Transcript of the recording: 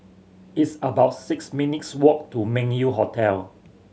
it's about six minutes' walk to Meng Yew Hotel